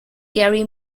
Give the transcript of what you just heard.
gary